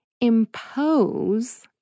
impose